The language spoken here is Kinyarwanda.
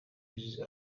wiwe